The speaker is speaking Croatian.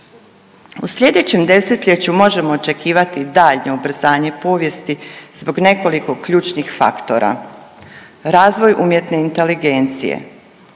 U sljedećem desetljeću možemo očekivati daljnje ubrzanje povijesti zbog nekoliko ključnih faktora – razvoj umjetne inteligencije